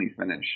finish